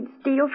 steal